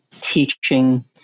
teaching